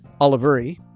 Oliveri